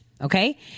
okay